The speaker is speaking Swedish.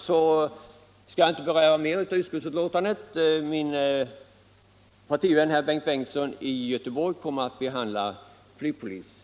Jag skall inte säga mer om utskottsbetänkandet — min partivän herr Bengtsson i Göteborg kommer att behandla flygplatspolisfrågan.